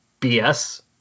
BS